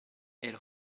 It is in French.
elle